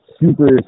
super